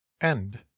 End